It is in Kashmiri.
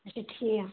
اچھا ٹھیٖک